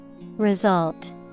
Result